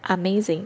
amazing